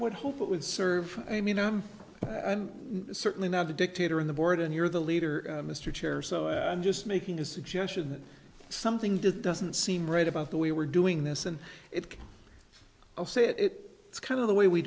what hope it would serve i mean i'm i'm certainly not a dictator in the board and you're the leader mr chair so i'm just making a suggestion that something did doesn't seem right about the way we're doing this and it i'll say it it's kind of the way we